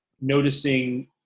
noticing